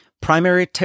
Primary